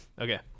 Okay